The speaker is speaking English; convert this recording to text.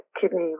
kidney